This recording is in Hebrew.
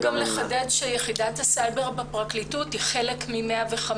חשוב גם לחדד שיחידת הסייבר בפרקליטות היא חלק מ-105.